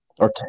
Okay